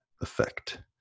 effect